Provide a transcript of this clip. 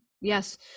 yes